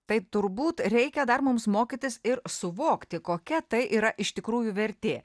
tai turbūt reikia dar mums mokytis ir suvokti kokia tai yra iš tikrųjų vertė